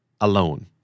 alone